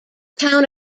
town